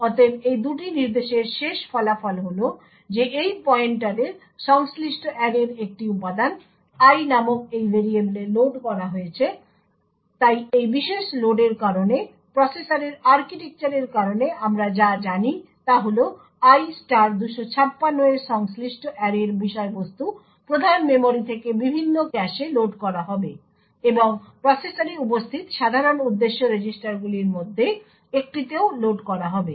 অতএব এই দুটি নির্দেশের শেষ ফলাফল হল যে এই পয়েন্টারের সংশ্লিষ্ট অ্যারের একটি উপাদান i নামক এই ভেরিয়েবলে লোড করা হয়েছে তাই এই বিশেষ লোডের কারণে প্রসেসরের আর্কিটেকচারের কারণে আমরা যা জানি তা হল i 256 এর সংশ্লিষ্ট অ্যারের বিষয়বস্তু প্রধান মেমরি থেকে বিভিন্ন ক্যাশে লোড করা হবে এবং প্রসেসরে উপস্থিত সাধারণ উদ্দেশ্য রেজিস্টারগুলির মধ্যে একটিতেও লোড হবে